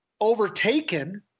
overtaken